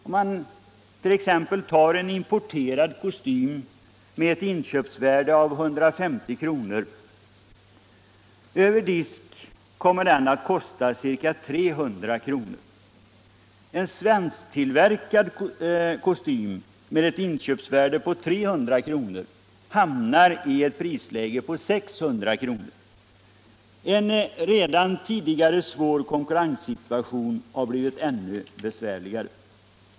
Om man som exempel tar en importerad kostym med ett inköpsvärde av 150 kr., kommer den att över disk kosta ca 300 kr. En svensktillverkad kostym med ett inköpsvärde på 300 kr. hamnar i prisläget 600 kr. En redan tidigare svår konkurrenssituation har blivit ännu besvärligare.